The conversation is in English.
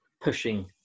pushing